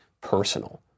personal